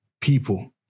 people